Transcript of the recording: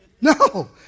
No